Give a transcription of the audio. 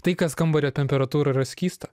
tai kas kambario temperatūroj yra skysta